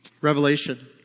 Revelation